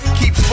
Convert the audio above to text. keep